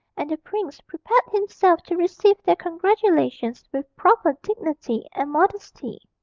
and the prince prepared himself to receive their congratulations with proper dignity and modesty.